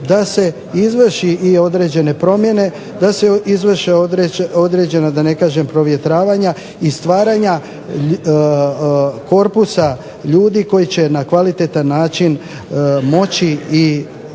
da se izvrši i određene promjene, da se izvrše određena da ne kažem provjetravanja i stvaranja korpusa ljudi koji će na kvalitetan način moći i